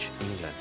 England